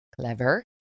clever